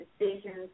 decisions